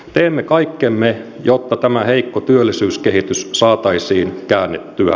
teemme kaikkemme jotta tämä heikko työllisyyskehitys saataisiin käännettyä